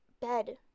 bed